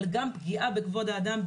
אבל גם פגיעה בכבוד האדם,